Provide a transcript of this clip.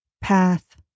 path